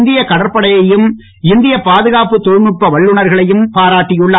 இந்திய கடற்படையையும் இந்திய பாதுகாப்பு தொழில்நுட்ப வல்லுநர்களையும் பாராட்டியுள்ளார்